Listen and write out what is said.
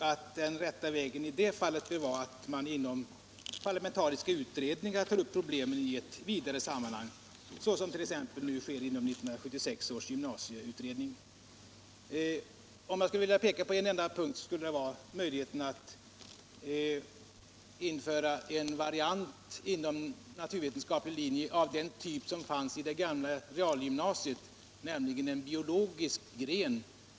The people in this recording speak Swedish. Jag tror att den rätta vägen i det fallet bör vara att inom parlamentariska utredningar ta upp problemen i ett vidare sammanhang, såsom t.ex. nu sker inom 1976 års gymnasieskolutredning. Om jag skulle vilja peka-på en enda punkt så skulle det vara möjligheten att införa en variant av den naturvetenskapliga linjen av den typ som fanns i det gamla realgymnasiet, nämligen en biologisk gren.